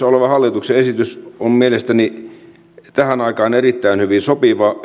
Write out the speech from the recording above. oleva hallituksen esitys on mielestäni tähän aikaan erittäin hyvin sopiva